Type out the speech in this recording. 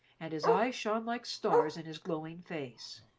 and his eyes shone like stars in his glowing face.